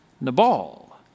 Nabal